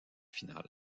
finale